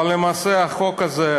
אבל למעשה החוק הזה,